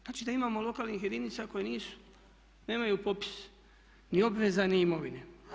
Znači da imamo lokalnih jedinica koje nisu, nemaju popis ni obveza ni imovine.